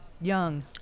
Young